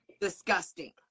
Disgusting